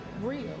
real